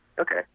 okay